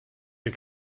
wir